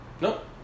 Nope